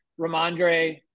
Ramondre